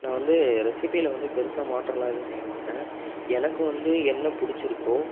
நான் வந்து ரெசிபியில் வந்து பெருசாக மாற்றம் எல்லாம் எதுவும் செய்யமாட்டேன் எனக்கு வந்து என்ன பிடிச்சுருக்கோ